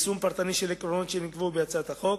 ליישום פרטני של עקרונות שנקבעו בהצעת החוק.